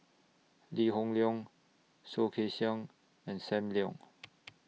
Lee Hoon Leong Soh Kay Siang and SAM Leong